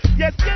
yes